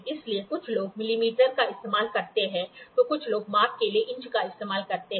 इसलिए कुछ लोग मिलीमीटर का इस्तेमाल करते हैं तो कुछ लोग माप के लिए इंच का इस्तेमाल करते हैं